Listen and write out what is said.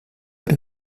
oder